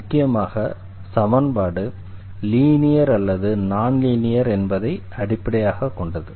முக்கியமாக சமன்பாடு லீனியர் அல்லது நான் லீனியர் என்பதை அடிப்படையாகக் கொண்டது